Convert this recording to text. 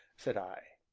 said i.